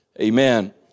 Amen